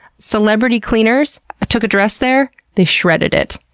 celebrity cleaners. i took a dress there. they shredded it.